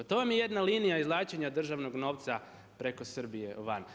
To vam je jedna linija izvlačenja državnog novca preko Srbije van.